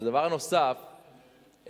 דבר נוסף,